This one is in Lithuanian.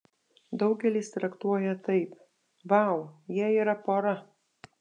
daugelis traktuoja taip vau jie yra pora